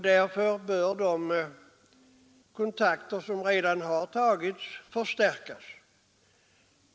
Därför bör de kontakter som redan har tagits förstärkas.